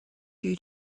you